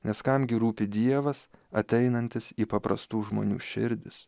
nes kam gi rūpi dievas ateinantis į paprastų žmonių širdis